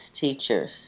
teachers